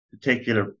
particular